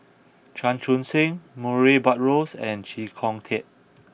Chan Chun Sing Murray Buttrose and Chee Kong Tet